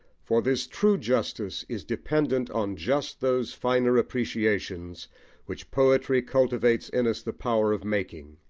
for this true justice is dependent on just those finer appreciations which poetry cultivates in us the power of making,